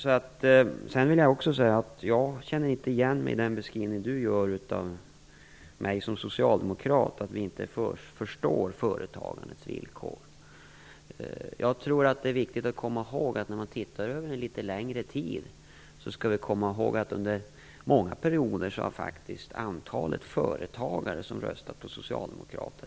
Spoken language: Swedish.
Jag vill också säga att jag inte känner igen mig i den beskrivning Gustaf von Essen ger av mig som socialdemokrat. Vi socialdemokrater skulle inte förstå företagandets villkor. Jag tror att det är viktigt att komma ihåg att om vi tittar över en litet längre tid så har Socialdemokraterna under långa perioder faktiskt varit det näst största företagarpartiet.